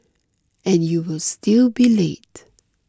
and you will still be late